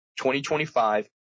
2025